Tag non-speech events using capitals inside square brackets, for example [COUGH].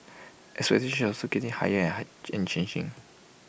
expectations are also getting higher [HESITATION] and changing